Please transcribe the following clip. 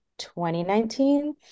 2019